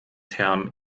term